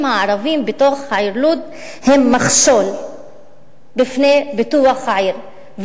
הערבים בתוך העיר לוד הם מכשול בפני פיתוח העיר,